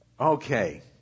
Okay